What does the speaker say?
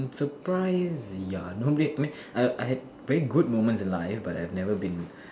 I'm surprised ya normally I mean I I had really good moments in life but I've never been